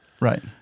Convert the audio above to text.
right